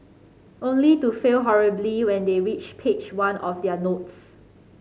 only to fail horribly when they reach page one of their notes